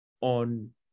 on